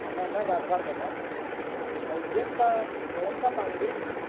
ଆମାନା ଗାଧବାର କଥା ଆଉ ଯେନ୍ଟା ଚଳନ୍ତା ପାଣିରେ